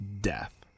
death